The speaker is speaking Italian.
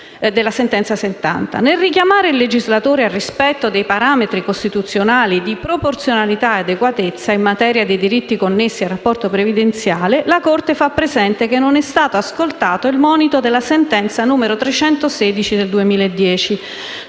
nel richiamare il legislatore al rispetto dei parametri costituzionali di proporzionalità e adeguatezza in materia di diritti connessi al rapporto previdenziale, fa presente che non è stato ascoltato il monito della sentenza n. 316 del 2010